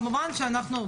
כמובן שאנחנו,